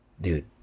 Dude